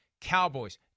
Cowboys